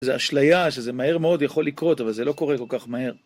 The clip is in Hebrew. זה אשליה שזה מהר מאוד יכול לקרות, אבל זה לא קורה כל כך מהר.